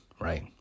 right